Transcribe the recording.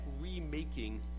remaking